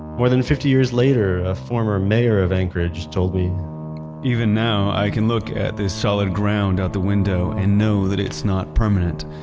more than fifty years later, a former mayor of anchorage told me even now i can look at the solid ground out the window and know that it's not permanent.